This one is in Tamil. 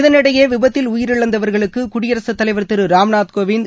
இதனிடையே விபத்தில் உயிரிழந்தவர்களுக்கு குடியரசுத் தலைவர் திரு ராம்நாத் கோவிந்த்